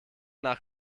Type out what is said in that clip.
nach